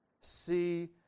See